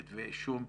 כתבי אישום,